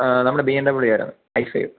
ആ നമ്മുടെ B M W ആയിരുന്നു ഐ ഫൈവ്